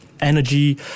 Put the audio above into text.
energy